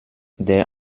der